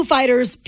Fighters